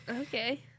Okay